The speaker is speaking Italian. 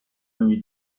ogni